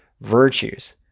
virtues